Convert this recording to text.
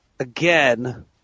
Again